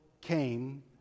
came